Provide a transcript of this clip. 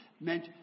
meant